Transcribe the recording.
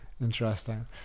Interesting